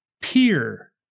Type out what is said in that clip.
peer